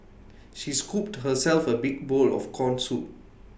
she scooped herself A big bowl of Corn Soup